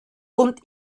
und